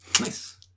Nice